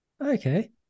Okay